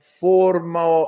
forma